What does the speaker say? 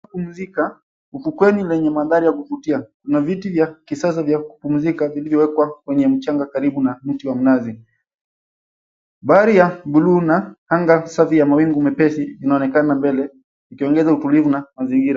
Pa kupumzika ufukweni penye mandhari ya kuvutia. Kuna viti vya kisasa vya kupumzika vilivyowekwa kwenye mchanga karibu na mti wa mnazi. Bahari ya buluu na anga safi ya mawingu mepesi inaonekana mbele ikiongeza utulivu na mazingira...